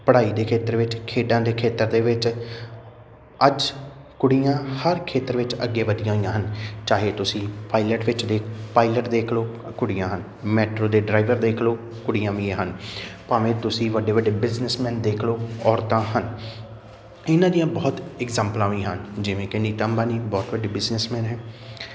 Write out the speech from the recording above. ਪੜ੍ਹਾਈ ਦੇ ਖੇਤਰ ਵਿੱਚ ਖੇਡਾਂ ਦੇ ਖੇਤਰ ਦੇ ਵਿੱਚ ਅੱਜ ਕੁੜੀਆਂ ਹਰ ਖੇਤਰ ਵਿੱਚ ਅੱਗੇ ਵਧੀਆਂ ਹੋਈਆਂ ਹਨ ਚਾਹੇ ਤੁਸੀਂ ਪਾਇਲਟ ਵਿੱਚ ਦੇਖ ਪਾਇਲਟ ਦੇਖ ਲਓ ਕੁੜੀਆਂ ਹਨ ਮੈਟਰੋ ਦੇ ਡਰਾਈਵਰ ਦੇਖ ਲਓ ਕੁੜੀਆਂ ਵੀ ਹਨ ਭਾਵੇਂ ਤੁਸੀਂ ਵੱਡੇ ਵੱਡੇ ਬਿਜ਼ਨਸਮੈਨ ਦੇਖ ਲਓ ਔਰਤਾਂ ਹਨ ਇਹਨਾਂ ਦੀਆਂ ਬਹੁਤ ਇਗਜਾਮਪਲਾਂ ਵੀ ਹਨ ਜਿਵੇਂ ਕਿ ਨੀਤਾ ਅੰਬਾਨੀ ਬਹੁਤ ਵੱਡੀ ਬਿਜ਼ਨਸਮੈਨ ਹੈ